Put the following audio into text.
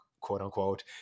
quote-unquote